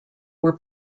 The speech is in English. were